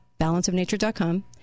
balanceofnature.com